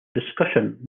discussion